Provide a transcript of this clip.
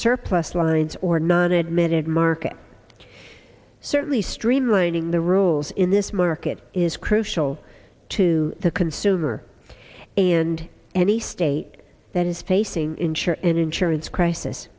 surplus lines or non admitted market certainly streamlining the rules in this market is crucial to the consumer and any state that is facing insure an insurance crisis